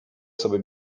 sobie